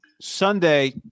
Sunday